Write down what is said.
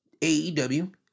AEW